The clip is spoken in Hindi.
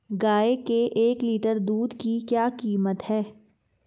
गाय के एक लीटर दूध की क्या कीमत है?